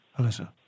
Alyssa